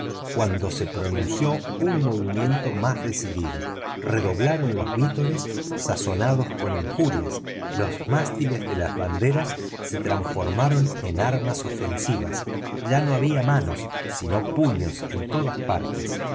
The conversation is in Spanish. cuando se pronunció un movimiento más decidido redoblaron los vítores sazonados con injurias los mástiles de las banderas se transformaron en armas ofensivas ya no había manos sino puños en todas partes